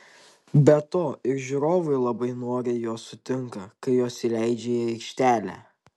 be to ir žiūrovai labai noriai juos sutinka kai juos įleidžia į aikštelę